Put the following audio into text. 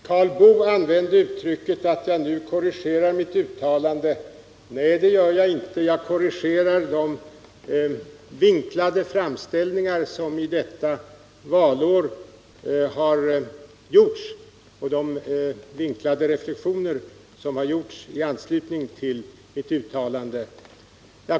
Herr talman! Karl Boo sade att jag nu korrigerar mitt uttalande. Nej, det gör jag inte. Jag korrigerar de vinklade framställningar och de vinklade reflexioner som detta valår har gjorts i anslutning till mitt uttalande.